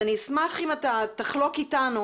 אני אשמח אם תחלוק איתנו